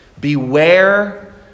Beware